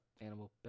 animal